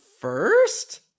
first